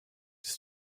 des